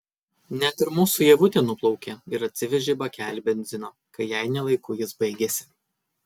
net ir mūsų ievutė nuplaukė ir atsivežė bakelį benzino kai jai ne laiku jis baigėsi